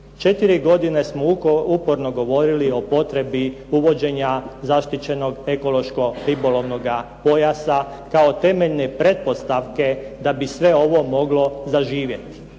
4 godine smo uporno govorili o potrebi uvođenja zaštićenog ekološko-ribolovnoga pojasa kao temeljne pretpostavke da bi sve ovo moglo zaživjeti.